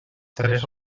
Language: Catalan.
tres